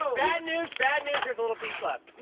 ah bad news. bad news. there's a little piece left.